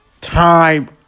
Time